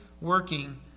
working